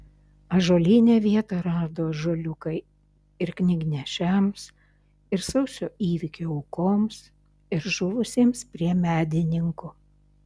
ąžuolyne vietą rado ąžuoliukai ir knygnešiams ir sausio įvykių aukoms ir žuvusiems prie medininkų